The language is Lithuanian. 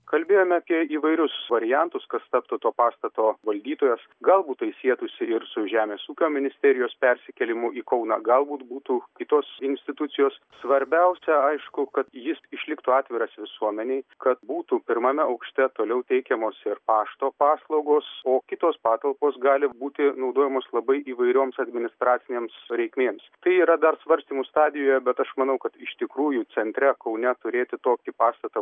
kalbėjome apie įvairius variantus kas taptų to pastato valdytojas galbūt tai sietųsi ir su žemės ūkio ministerijos persikėlimu į kauną galbūt būtų kitos institucijos svarbiausia aišku kad jis išliktų atviras visuomenei kad būtų pirmame aukšte toliau teikiamos ir pašto paslaugos o kitos patalpos gali būti naudojamos labai įvairioms administracinėms reikmėms tai yra dar svarstymų stadijoje bet aš manau kad iš tikrųjų centre kaune turėti tokį pastatą